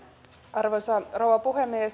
arvoisa rouva puhemies